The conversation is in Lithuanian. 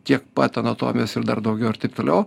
tiek pat anatomijos ir dar daugiau ir taip toliau